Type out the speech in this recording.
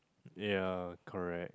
ya correct